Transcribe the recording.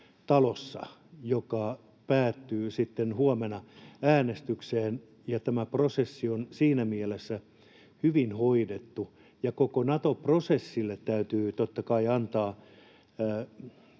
sitten huomenna äänestykseen, ja tämä prosessi on siinä mielessä hyvin hoidettu. Ja koko Nato-prosessille täytyy totta kai antaa,